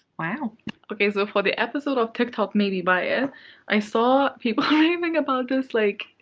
wow okay, so for the episode of tiktok made me buy it. i saw people raving about this, like,